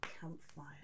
campfire